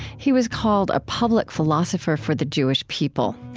he was called a public philosopher for the jewish people,